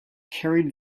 carried